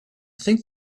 think